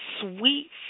Sweet